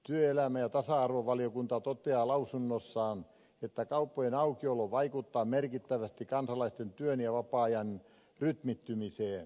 työelämä ja tasa arvovaliokunta toteaa lausunnossaan että kauppojen aukiolo vaikuttaa merkittävästi kansalaisten työn ja vapaa ajan rytmittymiseen